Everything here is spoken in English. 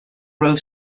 grove